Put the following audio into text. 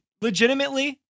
legitimately